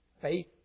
faith